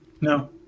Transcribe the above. No